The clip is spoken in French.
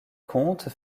comte